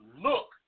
look